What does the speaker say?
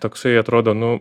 toksai atrodo nu